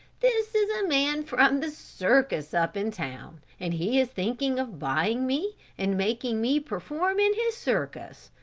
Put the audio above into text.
this is a man from the circus up in town and he is thinking of buying me and making me perform in his circus.